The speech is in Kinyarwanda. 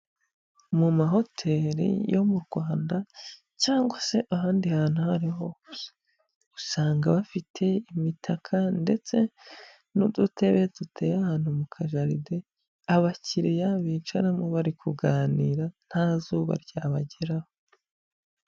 Mu mahoteri yo mu Rwanda cyangwa se ahandi hantu aho ari ho hose usanga bafite imitaka ndetse n'udutebe duteye ahantu mu kajaride abakiriya bicaramo bari kuganira nta zuba ryabageraho.